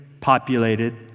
populated